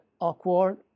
awkward